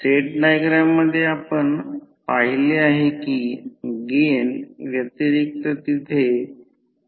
आणि सेकंडरी लोडमध्ये देखील जोडलेले आहे परंतु डॅश लाइनमध्ये दर्शविले आहे याचा अर्थ लोड जोडलेले नाही